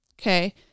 Okay